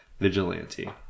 vigilante